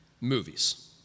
movies